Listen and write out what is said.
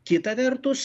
kita vertus